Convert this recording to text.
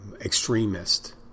extremist